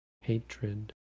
hatred